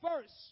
first